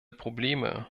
probleme